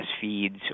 feeds